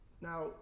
Now